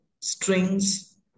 Strings